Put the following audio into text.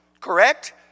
correct